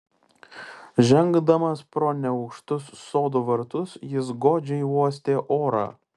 žengdamas pro neaukštus sodų vartus jis godžiai uostė orą